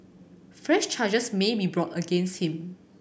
fresh charges may be brought against him